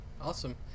awesome